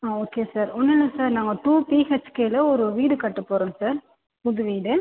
ஆ okay sir ஒன்றும் இல்லை sir நாங்கள் டூ பிஹெச்கேல ஒரு வீடு கட்டப்போகிறோம் சார் புது வீடு